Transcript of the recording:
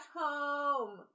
home